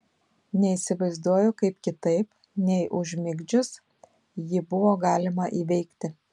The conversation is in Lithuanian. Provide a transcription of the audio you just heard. neįsivaizduoju kaip kitaip nei užmigdžius jį buvo galima įveikti